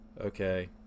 Okay